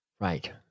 right